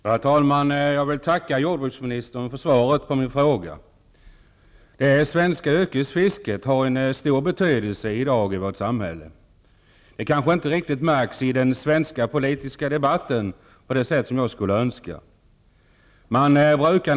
Herr talman! Jag vill tacka jordbruksministern för svaret på min fråga. Det svenska yrkesfisket har i dag en stor betydelse i vårt samhälle, vilket kanske inte riktigt märks i den politiska debatten på det sätt som jag skulle önska.